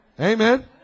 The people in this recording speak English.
Amen